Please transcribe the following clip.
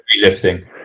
lifting